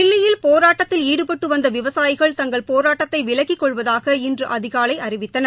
தில்லியில் போராட்டத்தில் ஈடுபட்டு வந்த விவசாயிகள் தங்கள் போராட்டத்தை விலக்கிக் கொள்வதாக இன்று அதிகாலை அறிவித்தனர்